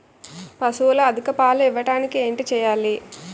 పశువులు అధిక పాలు ఇవ్వడానికి ఏంటి చేయాలి